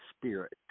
Spirit